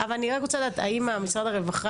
אבל אני רק רוצה לדעת, האם משרד הרווחה,